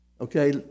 Okay